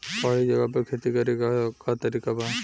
पहाड़ी जगह पर खेती करे के का तरीका बा?